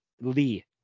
Lee